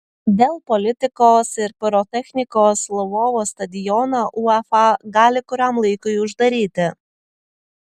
dėl politikos ir pirotechnikos lvovo stadioną uefa gali kuriam laikui uždaryti